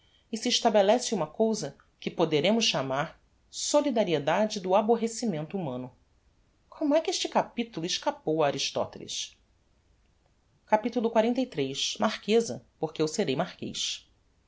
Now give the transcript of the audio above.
e se estabelece uma cousa que poderemos chamar solidariedade do aborrecimento humano como é que este capitulo escapou a aristoteles capitulo xliii marqueza porque eu serei marquez